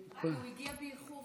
כי הוא הגיע באיחור,